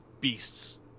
beasts